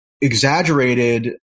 exaggerated